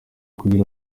kugira